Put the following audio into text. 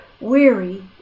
weary